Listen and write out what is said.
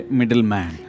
middleman